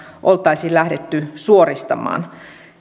oltaisiin lähdetty suoristamaan